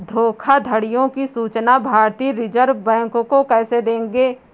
धोखाधड़ियों की सूचना भारतीय रिजर्व बैंक को कैसे देंगे?